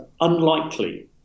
unlikely